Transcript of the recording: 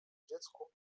dziecku